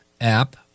app